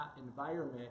environment